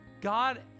god